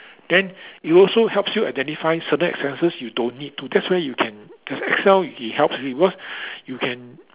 then it also helps you identify certain expenses you don't need to that's why you can there's Excel it helps you because you can